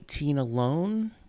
alone